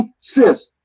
sis